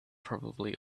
probably